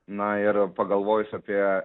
na ir pagalvojus apie